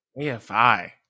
AFI